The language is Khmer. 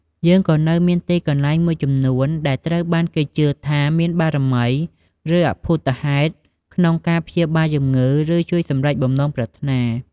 យើងក៏នៅមានទីកន្លែងមួយចំនួនដែលត្រូវបានគេជឿថាមានបារមី ឬអព្ភូតហេតុក្នុងការ ព្យាបាលជំងឺ ឬ ជួយសម្រេចបំណងប្រាថ្នា ។